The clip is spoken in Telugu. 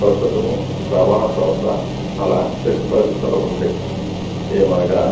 ప్రస్తుతము రవాణా సంస్థ చాలా క్లిష్ట పరిస్థితులలో ఉంది ఏమనగా